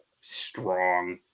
strong